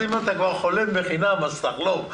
אז אם אתה כבר חולם בחינם אז תחלום בגדול,